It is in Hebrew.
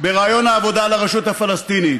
בריאיון העבודה לרשות הפלסטינית: